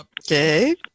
Okay